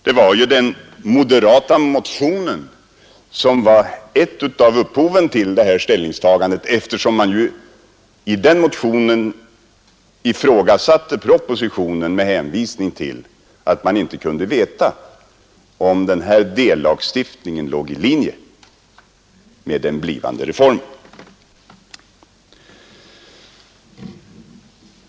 Det var ju moderaternas motion som var ett av upphoven till detta ställningstagande, eftersom man ju i den motionen ifrågasatte propositionen med hänvisning till att man inte kunde veta om den här dellagstiftningen låg i linje med den blivande reformen.